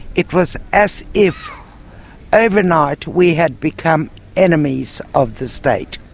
it was as if overnight we had become enemies of the state.